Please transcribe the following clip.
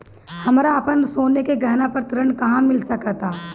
हमरा अपन सोने के गहना पर ऋण कहां मिल सकता?